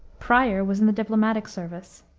prior was in the diplomatic service.